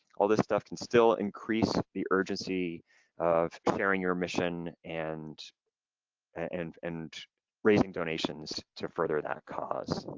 all this stuff can still increase the urgency of carrying your mission and and and raising donations to further that cause.